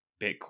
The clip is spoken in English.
bitcoin